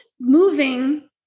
moving